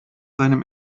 seinem